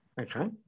Okay